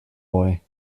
boy